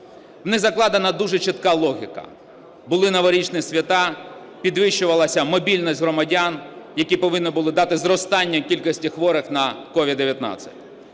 В них закладена дуже чітка логіка: були новорічні свята, підвищувалася мобільність громадян, які повинні були дати зростання кількості хворих на COVID-19.